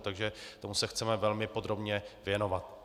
Takže tomu se chceme velmi podrobně věnovat.